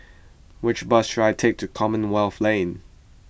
which bus should I take to Commonwealth Lane